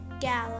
Gala